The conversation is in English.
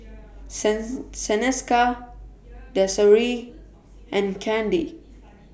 sends Seneca Desirae and Kandy